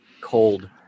cold